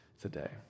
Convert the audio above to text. today